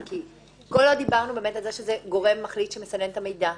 כל עוד דיברנו על זה שזה גורם מחליט שמסנן את המידע,